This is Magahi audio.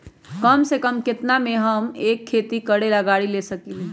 कम से कम केतना में हम एक खेती करेला गाड़ी ले सकींले?